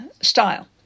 style